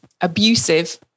abusive